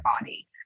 body